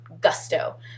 gusto